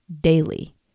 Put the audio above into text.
daily